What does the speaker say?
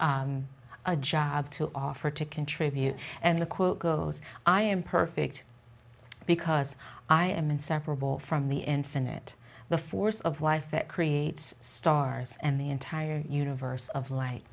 has a job to offer to contribute and the quote girls i am perfect because i am inseparable from the infinite the force of life that creates stars and the entire universe of light